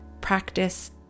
practice